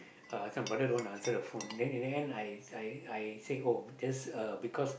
uh this one brother don't want answer the phone then in the end I I I say oh just because